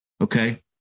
Okay